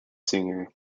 singer